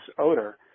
odor